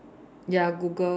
ya Google